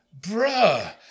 Bruh